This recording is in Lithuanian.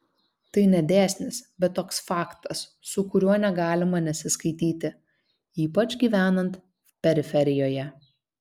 tai ne dėsnis bet toks faktas su kuriuo negalima nesiskaityti ypač gyvenant periferijoje